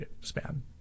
span